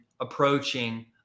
approaching